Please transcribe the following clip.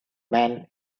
men